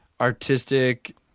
artistic